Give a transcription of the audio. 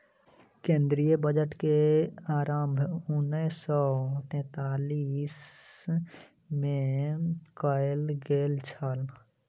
केंद्रीय बजट के आरम्भ उन्नैस सौ सैंतालीस मे कयल गेल छल